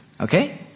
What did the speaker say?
Okay